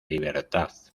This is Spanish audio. libertad